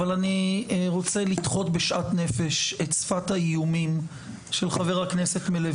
אבל אני רוצה לדחות בשאת נפש את שפת האיומים של חבר הכנסת מלביצקי.